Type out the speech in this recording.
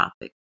topic